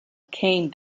came